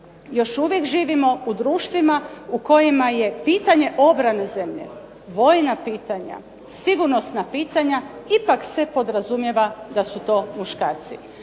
Još uvijek živimo u društvima u kojima je pitanje obrane zemlje, vojna pitanja, sigurnosna pitanja ipak se podrazumijeva da su to muškarci.